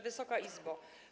Wysoka Izbo!